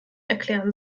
erklären